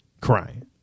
crying